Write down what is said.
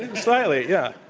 and slightly, yeah.